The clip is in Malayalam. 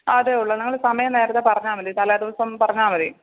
അതേ ഉള്ളൂ നിങ്ങൾ സമയം നേരത്തെ പറഞ്ഞാൽ മതി തലേ ദിവസം പറഞ്ഞാൽ മതി